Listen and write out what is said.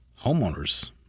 homeowner's